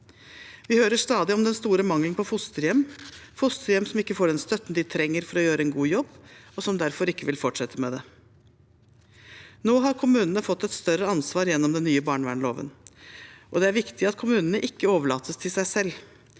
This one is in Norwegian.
Vi hører stadig om den store mangelen på fosterhjem, og om fosterhjem som ikke får den støtten de trenger for å gjøre en god jobb, og som derfor ikke vil fortsette med det. Nå har kommunene fått et større ansvar gjennom den nye barnevernsloven, og det er viktig at kommunene ikke overlates til seg selv,